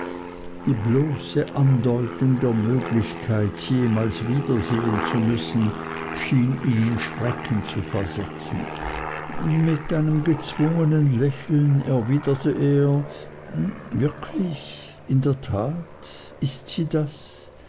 die bloße andeutung der möglichkeit sie jemals wiedersehen zu müssen schien ihn in schrecken zu versetzen mit einem gezwungnen lächeln erwiderte er wirklich in der tat ist sie das